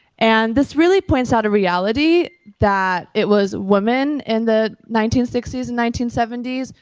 and this really points out a reality that it was women in the nineteen sixty s and nineteen seventy s,